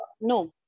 no